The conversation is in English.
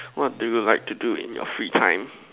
what do you like to do in your free time